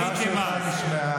למה אתה חוזר על שקר?